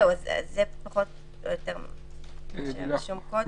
זה פחות או יותר מה שרשום קודם.